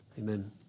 Amen